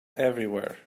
everywhere